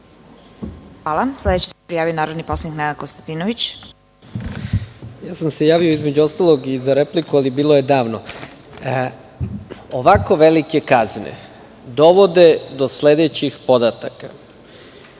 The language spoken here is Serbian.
Hvala. Sledeći se prijavio narodni poslanik Nenad Konstantinović. **Nenad Konstantinović** Ja sam se javio između ostalog i za repliku, ali bilo je davno. Ovako velike kazne dovode do sledećih podataka: